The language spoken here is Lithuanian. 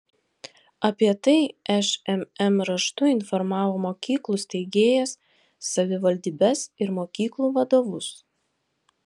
apie tai šmm raštu informavo mokyklų steigėjas savivaldybes ir mokyklų vadovus